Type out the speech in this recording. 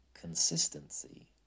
consistency